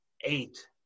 eight